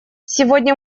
сегодня